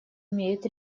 имеет